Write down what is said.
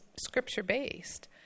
scripture-based